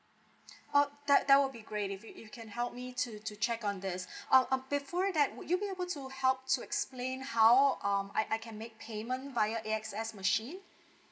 oh that that will be great if you if you can help me to to check on this um before that would you be able to help to explain how um I I can make payment via A X S machine